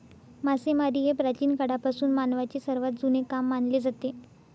मासेमारी हे प्राचीन काळापासून मानवाचे सर्वात जुने काम मानले जाते